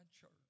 church